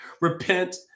Repent